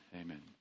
amen